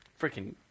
Freaking